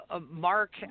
Mark